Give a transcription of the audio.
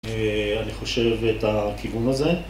אני חושב את הכיוון הזה.